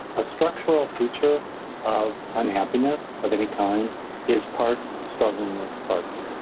a structural feature of unhappiness of any kind is parts struggling with parts.